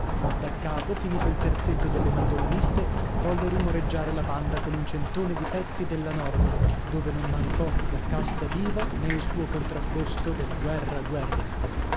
da capo finito il terzetto delle mandoliniste volle rumoreggiare la banda con un centone di pezzi della norma dove non mancò la casta diva nè il suo contrapposto del guerra guerra